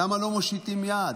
למה לא מושיטים יד?